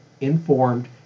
informed